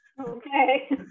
Okay